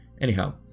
Anyhow